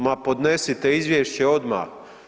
Ma podnesite izvješće odmah.